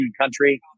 country